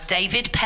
David